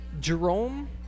Jerome